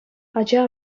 ача